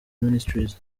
ministries